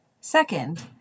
Second